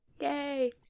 Yay